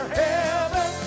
heaven